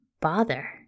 Bother